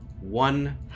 one